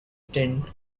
tent